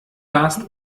last